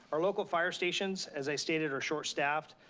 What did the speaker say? our local fire stations, as i stated, are short-staffed.